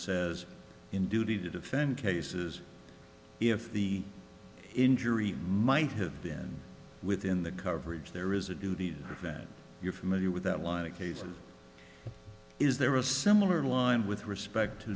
says in duty to defend cases if the injury might have been within the coverage there is a duty that you're familiar with that line of cases is there a similar line with respect to